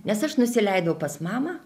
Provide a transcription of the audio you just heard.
nes aš nusileidau pas mamą